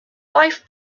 life